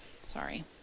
sorry